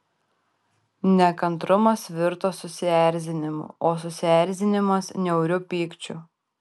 nekantrumas virto susierzinimu o susierzinimas niauriu pykčiu